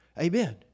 Amen